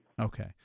Okay